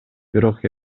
бирок